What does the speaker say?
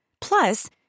Plus